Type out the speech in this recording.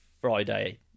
Friday